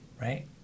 right